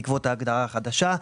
בעקבות ההגדרה החדשה.